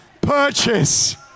purchase